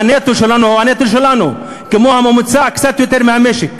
שהנטו שלנו גבוה קצת יותר מהממוצע במשק?